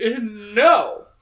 No